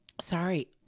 Sorry